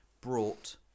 Brought